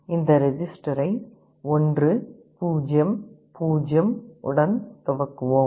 இந்த ரெஜிஸ்டரை 1 0 0 0 உடன் துவக்குவோம்